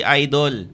idol